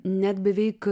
net beveik